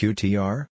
Qtr